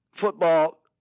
football